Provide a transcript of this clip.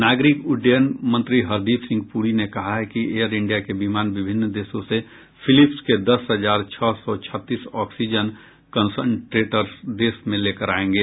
नागरिक उड्डयन मंत्री हरदीप सिंह पुरी ने कहा है कि एयर इंडिया के विमान विभिन्न देशों से फिलिप्स के दस हजार छह सौ छत्तीस ऑक्सीजन कंसनट्रेटर्स देश में लेकर आएंगे